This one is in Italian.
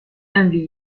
and